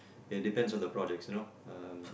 it depend on the projects you know um